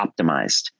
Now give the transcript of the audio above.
optimized